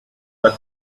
the